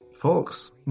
folks